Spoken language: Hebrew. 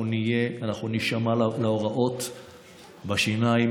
אנחנו נהיה, אנחנו נישמע להוראות, בשיניים.